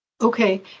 okay